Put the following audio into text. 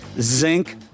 zinc